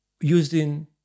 using